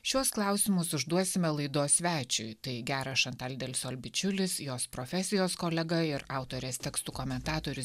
šiuos klausimus užduosime laidos svečiui tai geras šantal delsol didelis o bičiulis jos profesijos kolega ir autorės tekstų komentatorius